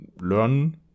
learn